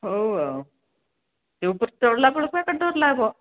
ହଉ ଆଉ ସେ ଉପରକୁ ଚଢ଼ିଲାବେଳକୁ ଏତେ ଡର ଲାଗିବ